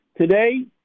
Today